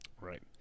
Right